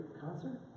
concert